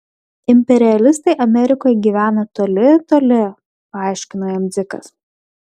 imperialistai amerikoje gyvena toli toli paaiškino jam dzikas